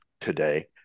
today